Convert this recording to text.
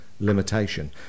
limitation